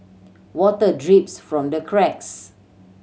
water drips from the cracks